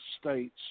States